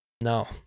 No